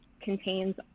contains